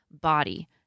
body